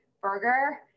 burger